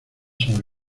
sobre